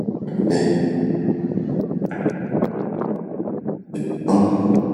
kafe,,lipton..